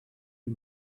you